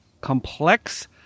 complex